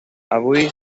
avui